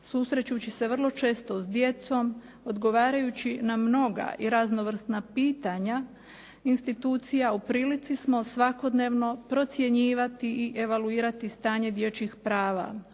susrećući se vrlo često sa djecom, odgovarajući na mnoga i raznovrsna pitanja institucija u prilici smo svakodnevno procjenjivati i evaluirati stanja dječjih prava